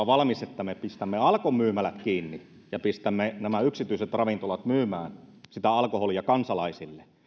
valmis siihen että me pistämme alkon myymälät kiinni ja pistämme nämä yksityiset ravintolat myymään sitä alkoholia kansalaisille